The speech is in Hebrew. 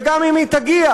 וגם אם היא תגיע,